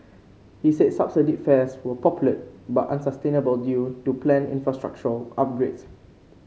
he said subsidised fares were popular but unsustainable due to planned infrastructural upgrades